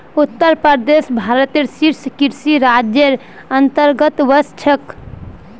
उत्तर प्रदेश भारतत शीर्ष कृषि राज्जेर अंतर्गतत वश छेक